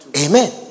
Amen